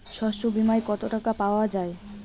শস্য বিমায় কত টাকা পাওয়া যায়?